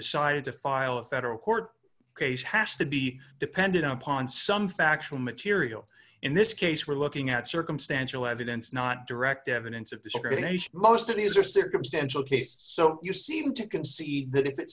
decided to file a federal court case has to be dependent upon some factual material in this case we're looking at circumstantial evidence not direct evidence of discrimination most of these are circumstantial cases so you seem to concede that if it